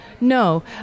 No